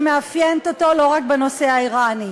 שמאפיינת אותו לא רק בנושא האיראני.